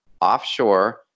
offshore